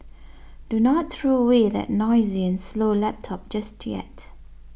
do not throw away that noisy and slow laptop just yet